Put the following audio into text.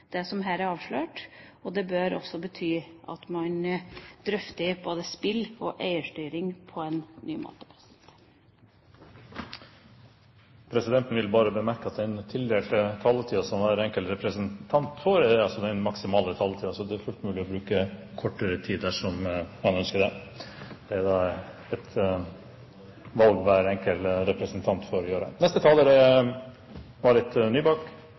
det som her er avslørt, og det bør også bety at man drøfter både spill og eierstyring på en ny måte. Presidenten vil bemerke at den tildelte taletid som hver enkelt representant får, er den maksimale taletiden. Det er fullt mulig å bruke kortere tid dersom man ønsker det. Det er et valg hver enkelt representant får gjøre. Jeg har lyst til å